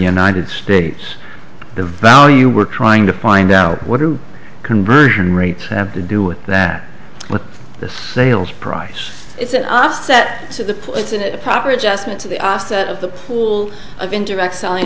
united states the value we're trying to find out what do conversion rates have to do with that what the sales price is an asset to the proper adjustment to the asset of the pool of indirect selling